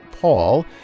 Paul